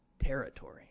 territory